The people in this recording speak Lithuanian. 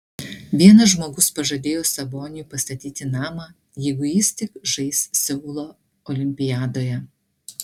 vienas žmogus pažadėjo saboniui pastatyti namą jeigu jis tik žais seulo olimpiadoje